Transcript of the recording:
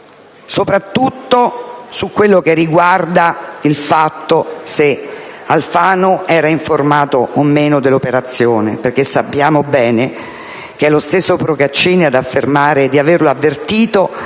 soprattutto su quello che riguarda il fatto se Alfano fosse o meno informato dell'operazione. Sappiamo bene che è lo stesso Procaccini ad affermare di averlo avvertito